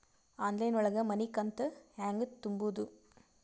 Online ಒಳಗ ಮನಿಕಂತ ಹ್ಯಾಂಗ ತುಂಬುದು?